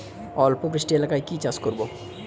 অল্প বৃষ্টি এলাকায় কি চাষ করব?